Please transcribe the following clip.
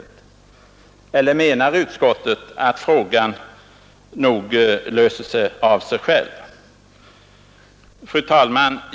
Eller menar utskottet att frågan nog löser sig själv? Fru talman!